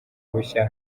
bushya